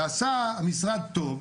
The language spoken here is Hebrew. ועשה המשרד טוב,